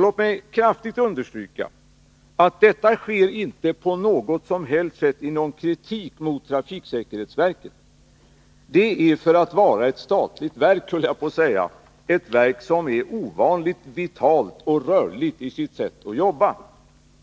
Låt mig kraftigt understryka att detta inte på något som helst sätt sker som någon kritik av trafiksäkerhetsverket. Det är — för att vara ett statligt verk, höll jag på att säga — ett verk som är ovanligt vitalt och rörligt i sitt sätt att jobba.